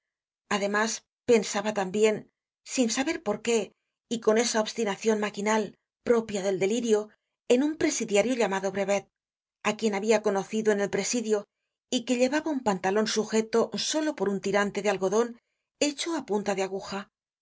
además pensaba tambien sin saber poiqué y con esa obstinacion maquinal propia del delirio en un presidiario llamado brevet á quien habia conocido en el presidio y que llevaba un pantalon sujeto solo por un tirante de algodon hecho á punta de aguja